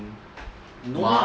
no ah